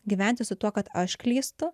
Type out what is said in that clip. gyventi su tuo kad aš klystu